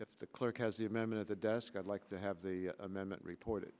if the clerk has the amendment the desk i'd like to have the amendment report